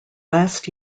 last